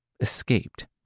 escaped